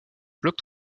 bloc